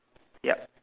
ya